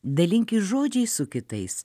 dalinkis žodžiais su kitais